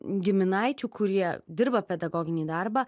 giminaičių kurie dirba pedagoginį darbą